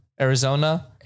Arizona